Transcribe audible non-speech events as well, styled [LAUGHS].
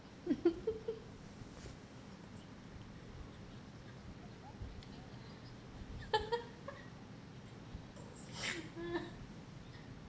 [LAUGHS]